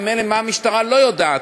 וממילא מה המשטרה לא יודעת,